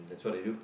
that's what I do